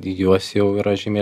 juos jau yra žymiai